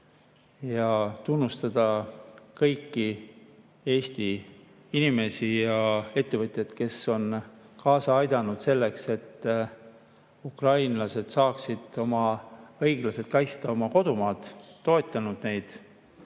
tunnustada kõiki Eesti inimesi ja ettevõtjaid, kes on kaasa aidanud selleks, et ukrainlased saaksid õiglaselt kaitsta oma kodumaad, toetanud neid.